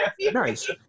Nice